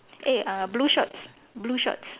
eh uh blue shorts blue shorts